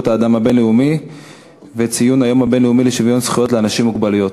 האדם הבין-לאומי והיום הבין-לאומי לשוויון זכויות לאנשים עם מוגבלויות.